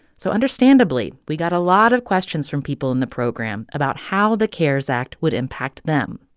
so understandably, we got a lot of questions from people in the program about how the cares act would impact them,